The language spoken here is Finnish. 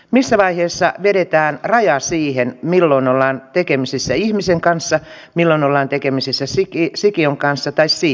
missä vaiheessa vedetään raja siihen milloin ollaan tekemisissä ihmisen kanssa milloin ollaan tekemisissä sikiön kanssa tai siittiön kanssa